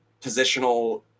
positional